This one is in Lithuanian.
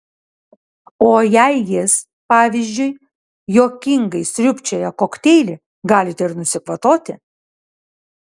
o jei jis pavyzdžiui juokingai sriubčioja kokteilį galite ir nusikvatoti